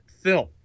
film